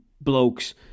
blokes